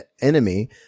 enemy